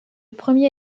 premier